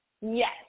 Yes